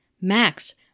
Max